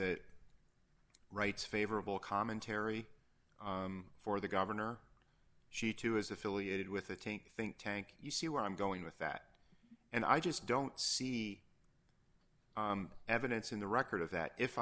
that writes favorable commentary for the gov she too is affiliated with a teen think tank you see where i'm going with that and i just don't see evidence in the record of that if